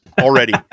already